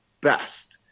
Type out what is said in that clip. best